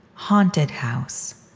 haunted house.